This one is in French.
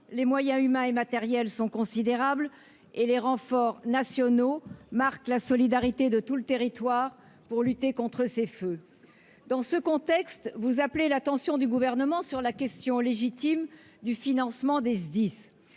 les moyens humains et matériels sont considérables : les renforts nationaux marquent la solidarité de tout le territoire pour lutter contre ces feux. Dans ce contexte, monsieur le sénateur, vous attirez l'attention du Gouvernement sur la question, légitime, du financement des SDIS.